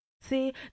see